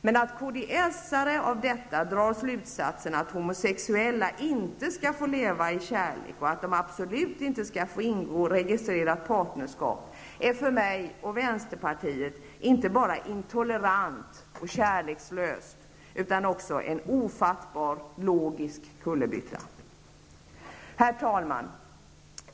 Men att kds:are av detta drar slutsatsen att homosexuella inte skall få leva i kärlek, och att de absolut inte skall få ingå registrerat partnerskap, är för mig och vänsterpartiet inte bara intolerant och kärlekslöst utan också en ofattbar logisk kullerbytta. Herr talman!